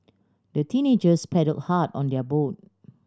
the teenagers paddle hard on their boat